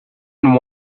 and